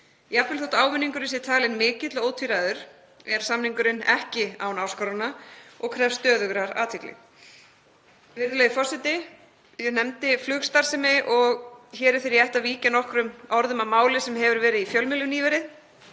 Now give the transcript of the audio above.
Jafnvel þótt ávinningurinn sé talinn mikill og ótvíræður er samningurinn ekki án áskorana og krefst stöðugrar athygli. Virðulegi forseti. Ég nefndi flugstarfsemi og hér er því rétt að víkja nokkrum orðum að máli sem hefur verið í fjölmiðlum nýverið.